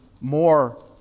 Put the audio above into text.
more